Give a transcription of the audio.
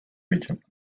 region